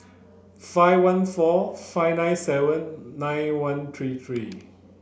five one four five nine seven nine one three three